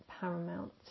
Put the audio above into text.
paramount